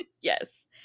Yes